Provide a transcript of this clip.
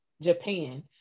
Japan